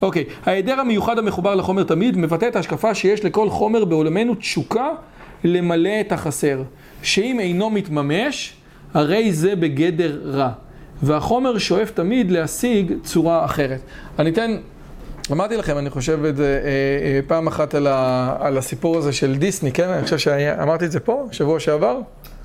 אוקיי, הידר המיוחד המחובר לחומר תמיד מבטא את ההשקפה שיש לכל חומר בעולמנו תשוקה למלא את החסר. שאם אינו מתממש, הרי זה בגדר רע. והחומר שואף תמיד להשיג צורה אחרת. אני אתן... אמרתי לכם, אני חושב פעם אחת על הסיפור הזה של דיסני, כן? אני חושב שאמרתי את זה פה, שבוע שעבר.